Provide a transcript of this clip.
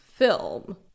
film